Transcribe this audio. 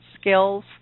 skills